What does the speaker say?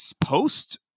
post